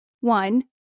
One